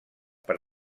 per